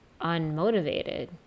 unmotivated